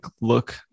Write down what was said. look